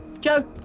Joe